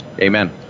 Amen